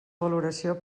valoració